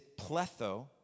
pletho